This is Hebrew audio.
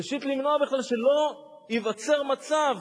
ראשית, למנוע בכלל, שלא ייווצר מצב